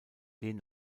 den